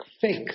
fake